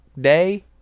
day